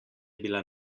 bila